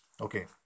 okay